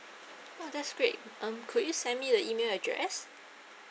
oh that's great um could you send me the email address